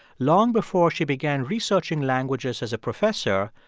long before she began researching languages as a professor,